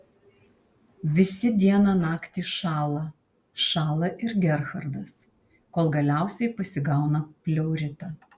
visi dieną naktį šąla šąla ir gerhardas kol galiausiai pasigauna pleuritą